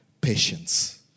patience